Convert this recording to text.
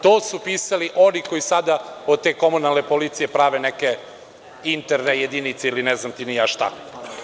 To su pisali oni koji sada od te komunalne policije prave neke interne jedinice ili ne znam ti ni ja šta.